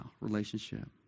relationship